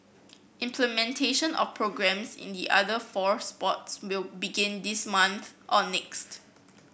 implementation of programmes in the other four sports will begin this month or next